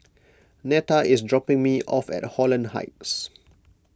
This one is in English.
Netta is dropping me off at Holland Heights